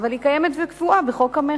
אבל היא קיימת וקבועה בחוק המכר.